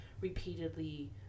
repeatedly